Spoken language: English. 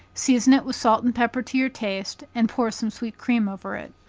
season it with salt and pepper to your taste, and pour some sweet cream over it.